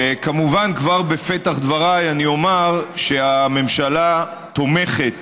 כמובן שכבר בפתח דבריי אני אומר שהממשלה תומכת